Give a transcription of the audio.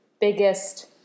biggest